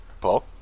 Paul